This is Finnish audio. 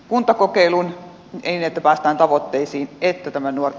kuntakokeilun että päästään tavoitteisiin että tämän ovat